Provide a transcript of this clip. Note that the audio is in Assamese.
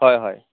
হয় হয়